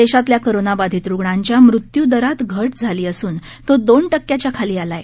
देशातल्या कोरोनाबाधित रुग्णांच्या मृत्यूदरात घट झाली असून तो दोन टक्क्याच्या खाली आला आहे